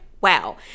wow